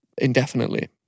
indefinitely